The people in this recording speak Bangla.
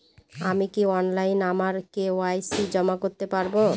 আমি কি অনলাইন আমার কে.ওয়াই.সি জমা করতে পারব?